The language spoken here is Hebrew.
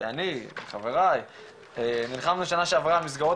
שאני וחבריי נלחמנו בשנה שעברה על מסגרות